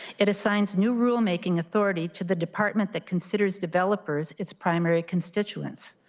it assigns new rulemaking authority to the department that considers developers its primary constituents.